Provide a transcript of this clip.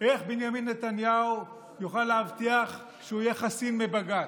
איך בנימין נתניהו יוכל להבטיח שהוא יהיה חסין מבג"ץ,